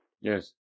Yes